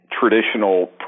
traditional